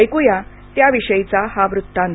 ऐकूया त्याविषयीचा हा वृत्तांत